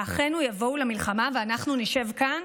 האחינו יבואו למלחמה ואנחנו נשב כאן?